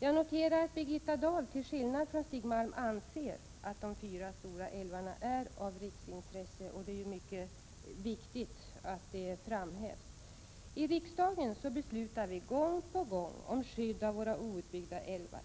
Jag noterar att Birgitta Dahl till skillnad från Stig Malm anser att de fyra stora älvarna är av riksintresse. I riksdagen beslutar vi gång på gång om skydd av våra outbyggda älvar.